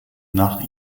nach